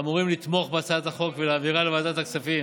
אמורים לתמוך בהצעת החוק ולהעבירה לוועדת הכספים